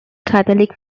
catholic